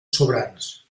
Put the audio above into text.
sobrants